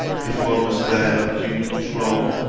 if one must bear undue controul,